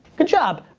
good job.